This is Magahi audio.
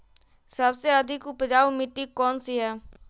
सबसे अधिक उपजाऊ मिट्टी कौन सी हैं?